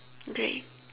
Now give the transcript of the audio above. grey